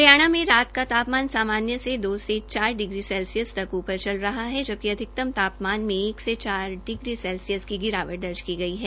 हरियाणा में रात का तापमान सामान्य से दो से चार सेल्सियस तक ऊपर चल रहा है जबकि अधिकतम तापमान में एक से चार सैल्सियस की गिरावट दर्ज की गई है